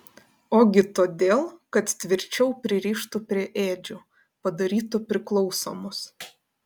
ogi todėl kad tvirčiau pririštų prie ėdžių padarytų priklausomus